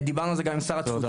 דיברנו על זה גם עם שר התפוצות.